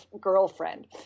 girlfriend